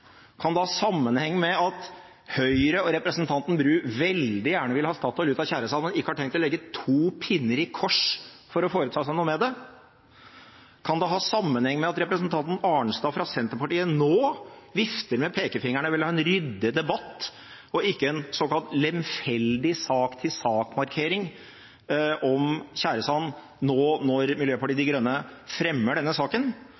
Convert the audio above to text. Kan det ha sammenheng med at Høyre og representanten Bru veldig gjerne vil ha Statoil ut av tjæresanden, og ikke har tenkt å legge to pinner i kors for å foreta seg noe med det? Kan det ha sammenheng med at representanten Arnstad, fra Senterpartiet, nå vifter med pekefingeren og vil ha en ryddig debatt og ikke en såkalt lemfeldig sak-til-sak-markering om tjæresanden, nå når Miljøpartiet De Grønne fremmer denne saken?